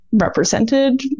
represented